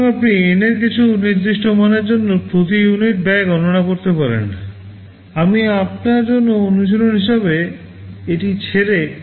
সুতরাং আপনি এন এর কিছু নির্দিষ্ট মানের জন্য প্রতি ইউনিট ব্যয় গণনা করতে পারেন আমি আপনার জন্য অনুশীলন হিসাবে এটি ছেড়ে